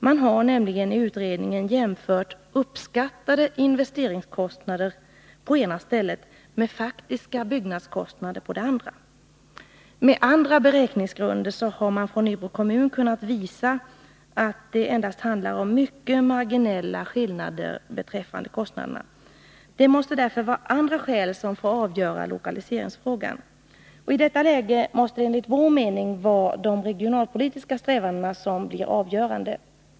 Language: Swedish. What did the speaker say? Man har nämligen i utredningen jämfört uppskattade investeringskostnader på ena stället med faktiska byggnadskostnader på det andra. Med andra beräkningsgrunder har man från Nybro kommun kunnat visa att det endast handlar om mycket marginella skillnader beträffande kostnaderna. Det måste därför vara andra skäl som får avgöra lokaliseringsfrågan. I detta läge måste det enligt vår mening vara de regionalpolitiska strävandena som blir avgörande.